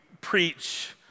preach